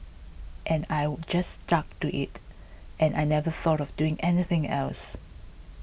and I just stuck to it and I never thought of doing anything else